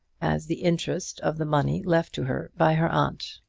as the interest of the money left to her by her aunt.